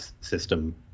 system